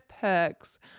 perks